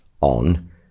on